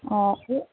ꯑꯣ